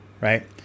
right